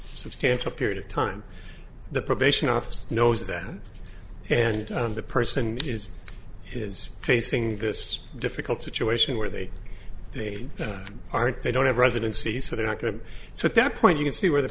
substantial period of time the probation office knows that and the person is is facing this difficult situation where they they aren't they don't have residency so they're not going so at that point you can see where the